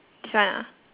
this one ah